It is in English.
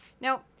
now